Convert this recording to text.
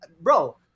bro